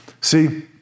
See